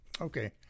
Okay